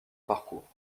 parcours